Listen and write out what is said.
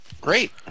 Great